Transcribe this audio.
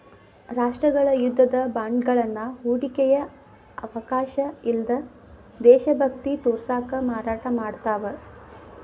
ರಾಷ್ಟ್ರಗಳ ಯುದ್ಧದ ಬಾಂಡ್ಗಳನ್ನ ಹೂಡಿಕೆಯ ಅವಕಾಶ ಅಲ್ಲ್ದ ದೇಶಭಕ್ತಿ ತೋರ್ಸಕ ಮಾರಾಟ ಮಾಡ್ತಾವ